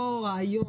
אותו רעיון,